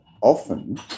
often